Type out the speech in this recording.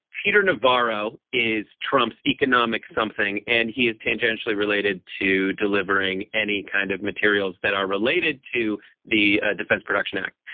peter navarro is trump's economic something and he is tangentially related to delivering any kind of materials that are related to the defense production act.